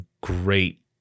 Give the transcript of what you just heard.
great